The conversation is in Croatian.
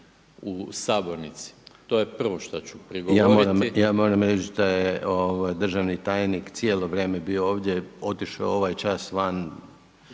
u sabornici. To je prvo što ću prigovoriti. …/Upadica Reiner: Ja moram reći da je državni tajnik cijelo vrijeme bio ovdje. Otišao je ovaj čas van.